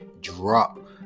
drop